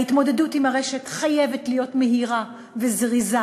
ההתמודדות עם הרשת חייבת להיות מהירה וזריזה,